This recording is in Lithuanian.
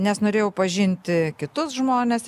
nes norėjau pažinti kitus žmones